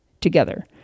together